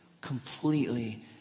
completely